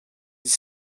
dix